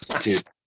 dude